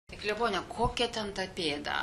tai klebone kokia ten ta pėda